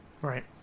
Right